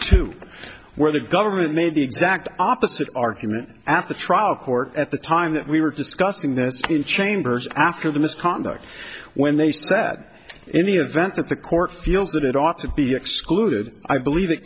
two where the government made the exact opposite argument at the trial court at the time that we were discussing this in chambers after the misconduct when they sat in the event that the court feels that it ought to be excluded i believe it